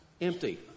empty